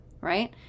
right